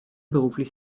beruflich